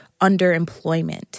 underemployment